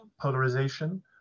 polarization